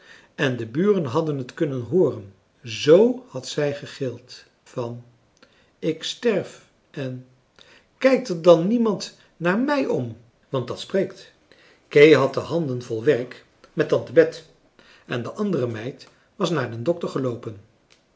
en de buren hadden het kunnen hooren z had zij gegild van ik sterf en kijkt er dan niemand naar mij om want dat spreekt kee had de handen vol werk met tante bet en de andere meid was naar den dokter geloopen